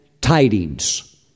tidings